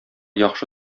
яхшы